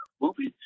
movies